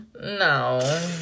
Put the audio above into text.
no